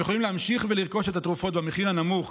יכולים להמשיך ולרכוש את התרופות במחיר הנמוך,